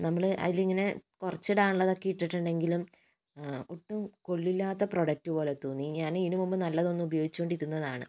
നമ്മള് അതിലിങ്ങനെ കുറച്ചിടാനുള്ളതൊക്കെ ഇട്ടിട്ടുണ്ടെങ്കിലും ഒട്ടും കൊള്ളില്ലാത്ത പ്രോഡക്റ്റ് പോലെ തോന്നി ഞാൻ ഇതിന് മുൻപ് നല്ലതൊന്ന് ഉപയോഗിച്ചോണ്ടിരുന്നതാണ്